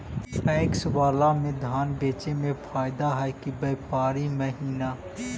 PACS बाला में धान बेचे मे फायदा है कि व्यापारी महिना?